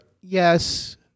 yes